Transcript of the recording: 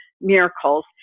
miracles